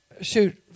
shoot